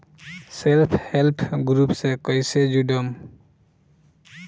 Self help group से कइसे जुड़म?